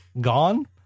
gone